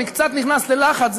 אני קצת נכנס ללחץ.